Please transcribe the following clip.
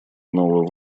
иного